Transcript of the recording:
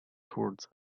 towards